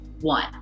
one